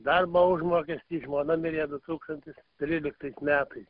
darbo užmokestį žmona mirė du tūkstantis tryliktais metai